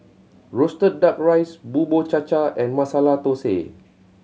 roasted Duck Rice Bubur Cha Cha and Masala Thosai